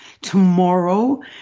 tomorrow